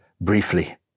briefly